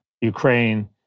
ukraine